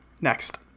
Next